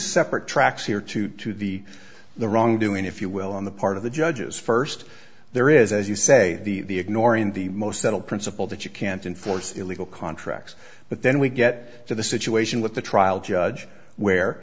separate tracks here two to the the wrongdoing if you will on the part of the judges first there is as you say the the ignoring the most subtle principle that you can't enforce illegal contracts but then we get to the situation with the trial judge where